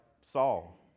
Saul